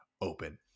open